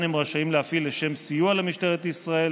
הם רשאים להפעיל לשם סיוע למשטרת ישראל